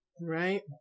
right